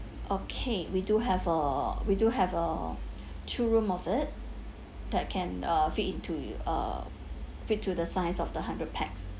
okay we do have uh we do have uh two room of it that can uh fit into your uh fit to the size of the hundred pax